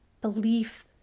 Belief